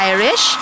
Irish